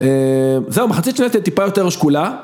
זהו, בחצי שנייה הייתי טיפה יותר שקולה.